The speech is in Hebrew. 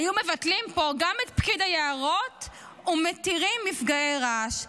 היו מבטלים פה גם את פקיד היערות ומתירים מפגעי רעש.